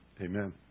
amen